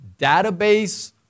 database